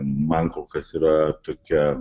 man kol kas yra tokia